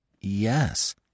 Yes